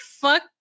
fuck